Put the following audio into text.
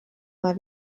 mal